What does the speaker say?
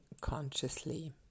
consciously